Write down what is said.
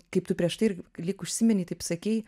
kaip tu prieš tai lyg užsiminei taip sakei